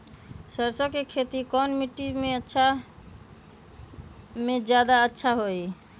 सरसो के खेती कौन मिट्टी मे अच्छा मे जादा अच्छा होइ?